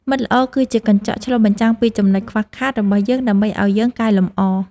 មិត្តល្អគឺជាកញ្ចក់ឆ្លុះបញ្ចាំងពីចំណុចខ្វះខាតរបស់យើងដើម្បីឱ្យយើងកែលម្អ។